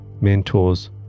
mentors